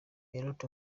lot